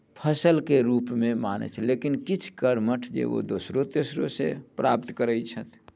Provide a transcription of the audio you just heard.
फसलके रूपमे मानैत छै लेकिन किछु कर्मठ जे ओ दोसरो तेसरोसँ प्राप्त करैत छथि